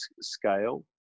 scale